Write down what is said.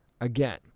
again